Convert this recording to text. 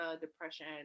depression